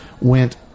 went